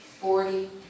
forty